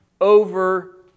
over